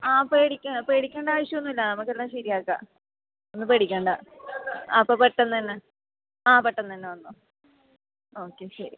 ആ പേടിക്കണ്ട പേടിക്കണ്ട ആവശ്യം ഒന്നും ഇല്ല നമുക്ക് എല്ലം ശരിയാക്കാം ഒന്നും പേടിക്കണ്ട അപ്പോൾ പെട്ടെന്ന് തന്നെ ആ പെട്ടെന്ന് തന്നെ വന്നോ ഓക്കെ ശരി